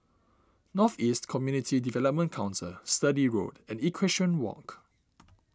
North East Community Development Council Sturdee Road and Equestrian Walk